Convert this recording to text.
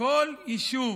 כל יישוב